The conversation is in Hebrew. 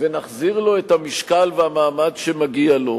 ונחזיר לו את המשקל ואת המעמד שמגיע לו.